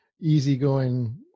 easygoing